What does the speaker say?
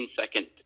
second